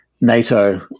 nato